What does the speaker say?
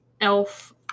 elf